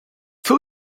two